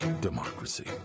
democracy